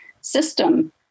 system